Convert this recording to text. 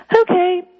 Okay